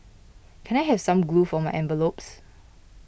can I have some glue for my envelopes